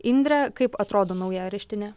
indre kaip atrodo nauja areštinė